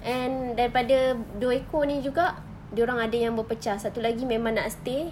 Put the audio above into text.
and daripada dua ekor ini juga dia orang ada yang berpecah satu lagi memang nak stay